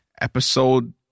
Episode